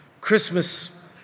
Christmas